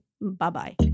Bye-bye